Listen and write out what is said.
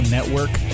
Network